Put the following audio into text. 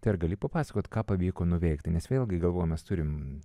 tai ar gali papasakot ką pavyko nuveikti nes vėlgi galvoj mes turim